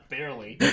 Barely